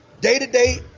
day-to-day